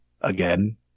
Again